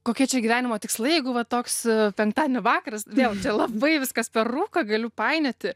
kokie čia gyvenimo tikslai jeigu va toks penktadienio vakaras vėl labai viskas per rūką galiu painioti